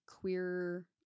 queer